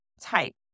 type